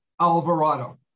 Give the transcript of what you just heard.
Alvarado